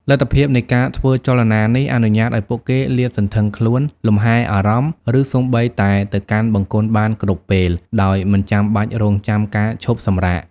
លទ្ធភាពនៃការធ្វើចលនានេះអនុញ្ញាតឱ្យពួកគេលាតសន្ធឹងខ្លួន លំហែរអារម្មណ៍ ឬសូម្បីតែទៅកាន់បង្គន់បានគ្រប់ពេល ដោយមិនចាំបាច់រង់ចាំការឈប់សម្រាក។